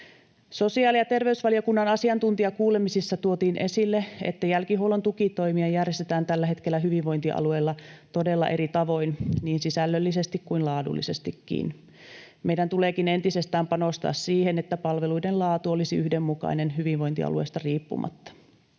Sosiaali- ja terveysvaliokunnan asiantuntijakuulemisissa tuotiin esille, että jälkihuollon tukitoimia järjestetään tällä hetkellä hyvinvointialueilla todella eri tavoin niin sisällöllisesti kuin laadullisestikin. Meidän tuleekin entisestään panostaa siihen, että palveluiden laatu olisi yhdenmukainen hyvinvointialueesta riippumatta.